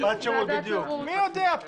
מי יודע?